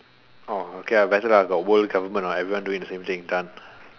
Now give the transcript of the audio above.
orh okay lah got world government everyone doing the same thing done